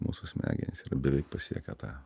mūsų smegenys yra beveik pasiekę tą